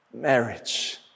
marriage